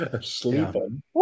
Sleeping